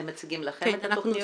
הם מציגים לכם את התכניות שלהם?